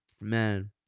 Man